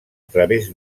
través